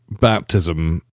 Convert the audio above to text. baptism